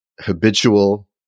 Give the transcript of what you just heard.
habitual